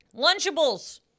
Lunchables